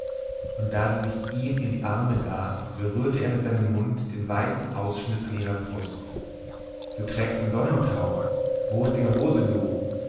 und da sie sich ihm in die arme gab berührte er mit seinem mund den weißen ausschnitt an ihrer brust du trägst den sonnentau wo ist die rose loo